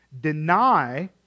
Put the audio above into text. deny